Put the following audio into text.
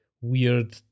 weird